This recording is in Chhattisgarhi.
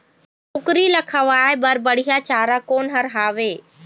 कुकरी ला खवाए बर बढीया चारा कोन हर हावे?